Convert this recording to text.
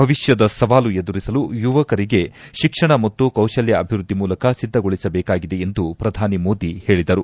ಭವಿಷ್ಠದ ಸವಾಲು ಎದುರಿಸಲು ಯುವಕರಿಗೆ ಶಿಕ್ಷಣ ಮತ್ತು ಕೌಶಲ್ಕ ಅಭಿವೃದ್ಧಿ ಮೂಲಕ ಸಿದ್ದಗೊಳಿಸಬೇಕಾಗಿದೆ ಎಂದು ಪ್ರಧಾನಿ ಮೋದಿ ಹೇಳಿದರು